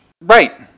Right